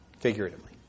figuratively